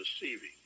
deceiving